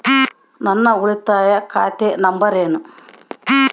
ನನ್ನ ಉಳಿತಾಯ ಖಾತೆ ನಂಬರ್ ಏನು?